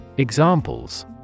Examples